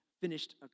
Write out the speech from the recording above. Finished